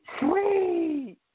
Sweet